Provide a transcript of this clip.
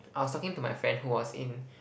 I was talking to my friend who was in